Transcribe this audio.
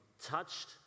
touched